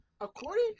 According